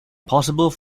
possible